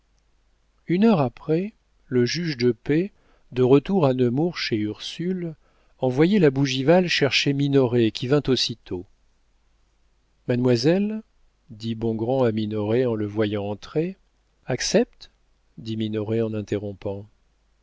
une heure après le juge de paix de retour à nemours chez ursule envoyait la bougival chercher minoret qui vint aussitôt mademoiselle dit bongrand à minoret en le voyant entrer accepte dit minoret en interrompant